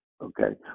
Okay